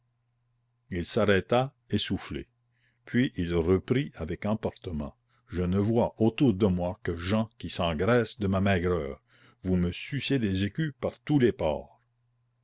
il s'arrêta essoufflé puis il reprit avec emportement je ne vois autour de moi que gens qui s'engraissent de ma maigreur vous me sucez des écus par tous les pores